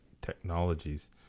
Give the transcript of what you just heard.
technologies